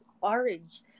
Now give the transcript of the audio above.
orange